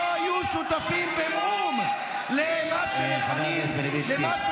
שלא היו שותפים במאום במה שמכנים פה טרור.